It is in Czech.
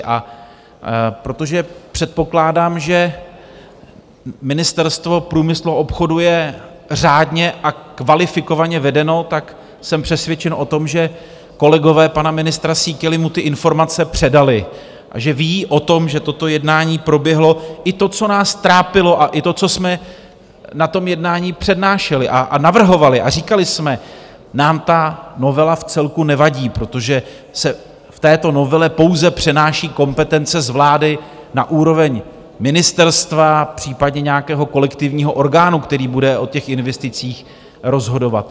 A protože předpokládám, že Ministerstvo průmyslu a obchodu je řádně a kvalifikovaně vedeno, tak jsem přesvědčen o tom, že kolegové pana ministra Síkely mu ty informace předali a že ví o tom, že toto jednání proběhlo, i to, co nás trápilo, a i to, co jsme na tom jednání přednášeli a navrhovali a říkali jsme: Nám ta novela vcelku nevadí, protože se v této novele pouze přenáší kompetence z vlády na úroveň ministerstva, případně nějakého kolektivního orgánu, který bude o těch investicích rozhodovat.